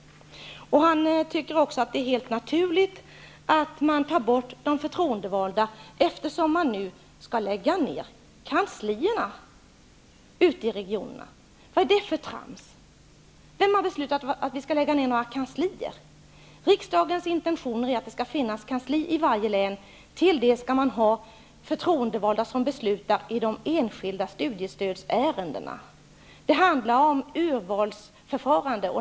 Hans Dau tycker också att det är helt naturligt att de förtroendevalda tas bort, eftersom nu kanslierna ute i regionerna skall läggas ned. Vad är det för trams? Vem har beslutat att några kanslier skall läggas ned? Riksdagens intentioner är att det skall finnas ett kansli i varje län. Till det skall det finnas förtroendevalda som beslutar i de enskilda studiestödsärendena. Det handlar om ett urvalsförfarande.